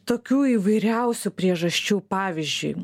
tokių įvairiausių priežasčių pavyzdžiui